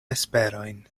esperojn